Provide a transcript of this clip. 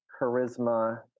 charisma